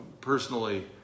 personally